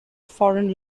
foreign